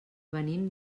venim